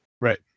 Right